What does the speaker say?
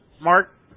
Mark